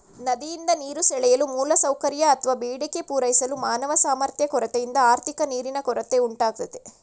ನದಿಯಿಂದ ನೀರು ಸೆಳೆಯಲು ಮೂಲಸೌಕರ್ಯ ಅತ್ವ ಬೇಡಿಕೆ ಪೂರೈಸಲು ಮಾನವ ಸಾಮರ್ಥ್ಯ ಕೊರತೆಯಿಂದ ಆರ್ಥಿಕ ನೀರಿನ ಕೊರತೆ ಉಂಟಾಗ್ತದೆ